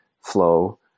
flow